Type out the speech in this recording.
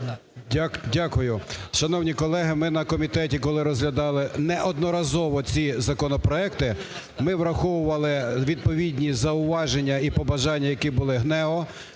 Дякую. Шановні колеги, ми на комітеті, коли розглядали неодноразово ці законопроекти, ми враховували відповідні зауваження і побажання, яке були ГНЕУ,